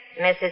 Mrs